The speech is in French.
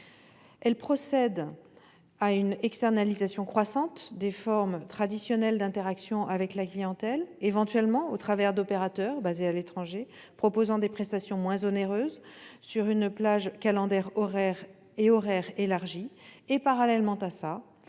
Elles procèdent à une externalisation croissante des formes traditionnelles d'interaction avec la clientèle, éventuellement au travers d'opérateurs basés à l'étranger proposant des prestations moins onéreuses sur une plage calendaire et horaire élargie, et parallèlement au